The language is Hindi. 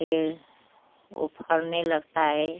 फिर वो फलने लगता है